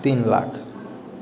तीन लाख